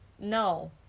no